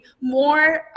more